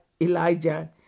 Elijah